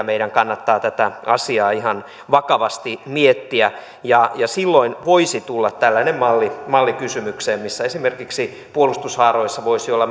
meidän kannattaa tätä asiaa ihan vakavasti miettiä silloin voisi tulla tällainen malli malli kysymykseen missä esimerkiksi puolustushaaroissa voisi olla